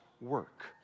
work